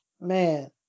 Man